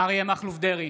אריה מכלוף דרעי,